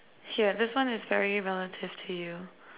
here this one is very relative to you